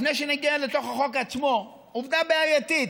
לפני שנגיע לתוך החוק עצמו, עובדה בעייתית,